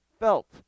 Felt